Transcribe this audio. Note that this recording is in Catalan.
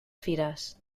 fires